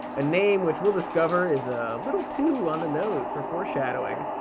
a name which we'll discover is a little too on the nose for foreshadowing.